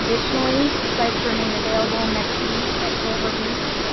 additionally, sites remain available next week at grover beach,